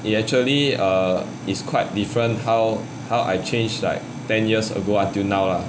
it actually err is quite different how how I change like ten years ago until now lah